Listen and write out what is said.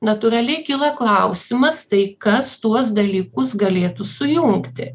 natūraliai kyla klausimas tai kas tuos dalykus galėtų sujungti